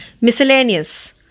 miscellaneous